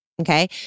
Okay